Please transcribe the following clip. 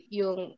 yung